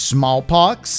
Smallpox